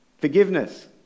Forgiveness